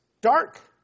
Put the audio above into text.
dark